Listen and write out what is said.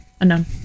Unknown